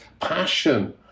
passion